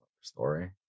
Story